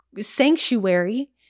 sanctuary